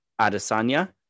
Adesanya